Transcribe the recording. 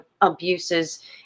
abuses